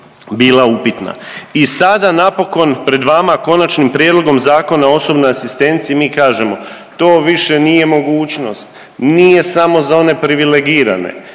I sada napokon pred vama Konačnim prijedlogom Zakona o osobnoj asistenciji mi kažemo to više nije mogućnost, nije samo za one privilegirane,